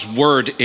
word